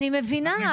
אני מבינה,